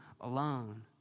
alone